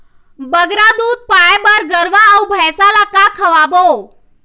बगरा दूध पाए बर गरवा अऊ भैंसा ला का खवाबो?